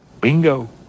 Bingo